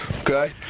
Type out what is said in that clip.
Okay